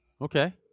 Okay